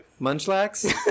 Munchlax